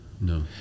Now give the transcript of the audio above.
No